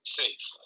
safe